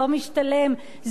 זה עולה לנו יותר.